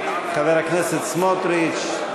חבר הכנסת סמוטריץ,